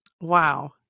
wow